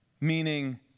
meaning